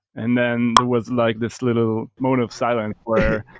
and then there was like this little moan of silent where